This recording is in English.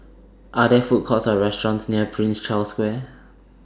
Are There Food Courts Or restaurants near Prince Charles Square